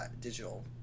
digital